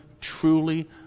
truly